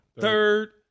Third